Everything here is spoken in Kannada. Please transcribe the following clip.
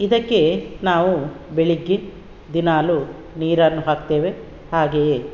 ಇದಕ್ಕೆ ನಾವು ಬೆಳಗ್ಗೆ ದಿನಾಲೂ ನೀರನ್ನು ಹಾಕ್ತೇವೆ ಹಾಗೆಯೇ